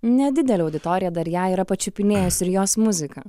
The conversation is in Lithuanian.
nedidelė auditorija dar ją yra pačiupinėjus ir jos muziką